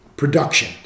production